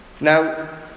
Now